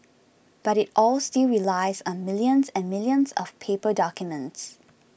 but it all still relies on millions and millions of paper documents